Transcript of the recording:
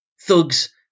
thugs